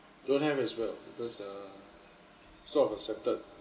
don't have as well because err sort of accepted